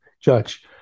judge